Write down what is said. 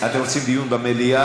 אתם רוצים דיון במליאה?